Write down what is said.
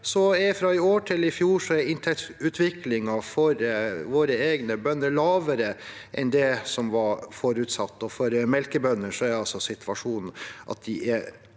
vi at fra i fjor til i år er inntektsutviklingen for våre egne bønder lavere enn det som var forutsatt. For melkebønder er situasjonen at de har